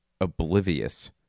oblivious